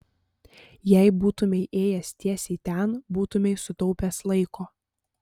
jei būtumei ėjęs tiesiai ten būtumei sutaupęs laiko